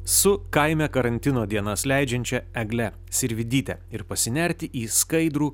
su kaime karantino dienas leidžiančia egle sirvydyte ir pasinerti į skaidrų